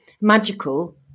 magical